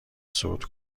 صعود